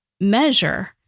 measure